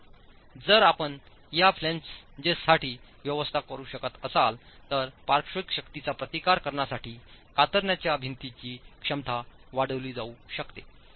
तर जर आपण या फ्लॅन्जेससाठी व्यवस्था करू शकत असाल तर पार्श्विक शक्तींचा प्रतिकार करण्यासाठी कातरणाच्या भिंतीची क्षमता वाढविली जाऊ शकते